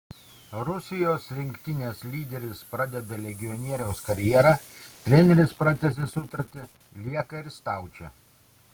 rusijos rinktinės lyderis pradeda legionieriaus karjerą treneris pratęsė sutartį lieka ir staučė